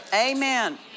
Amen